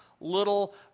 little